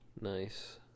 nice